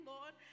Lord